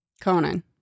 Conan